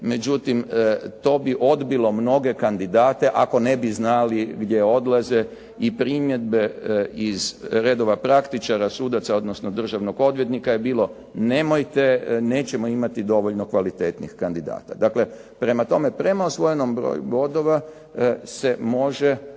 međutim to bi odbilo mnoge kandidate ako ne bi znali gdje odlaze i primjedbe iz redova praktičara sudaca, odnosno državnog odvjetnika je bilo nemojte, nećemo imati dovoljno kvalitetnih kandidata. Dakle, prema tome prema osvojenom broju bodova se može